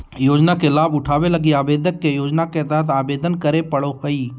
योजना के लाभ उठावे लगी आवेदक के योजना के तहत आवेदन करे पड़ो हइ